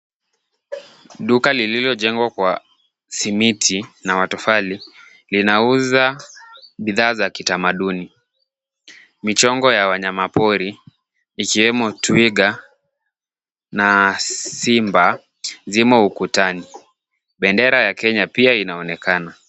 Duka lililojengwa kwa simiti na matofali linauza bidhaa za kitamaduni, michongo ya wanyama pori ikiwemo twiga na simba zimo ukutani bendera ya Kenya pia inaonekana.